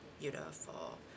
beautiful